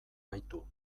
baitu